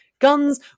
guns